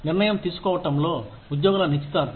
నిర్ణయం తీసుకోవటంలో ఉద్యోగుల నిశ్చితార్థం